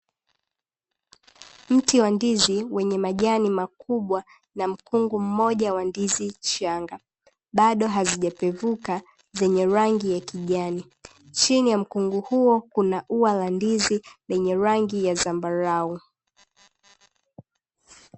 Mti wa ndizi wenye majani makubwa na mkungu mmoja wa ndizi changa, bado hazijapevuka zenye rangi ya kijani. Chini ya mkungu huo kuna ua la ndizi lenye rangi ya zambarau.